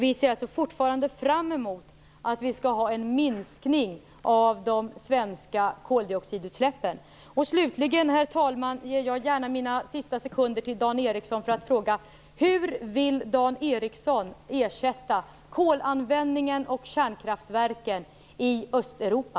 Vi ser alltså fortfarande fram emot en minskning av de svenska koldioxidutsläppen. Herr talman! Jag ger gärna mina sista sekunder till Dan Ericsson för att få reda på hur han vill ersätta kolanvändningen och kärnkraftverken i Östeuropa.